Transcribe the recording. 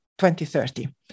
2030